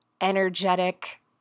energetic